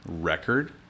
record